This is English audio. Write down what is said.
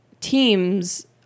teams